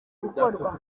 gukorwa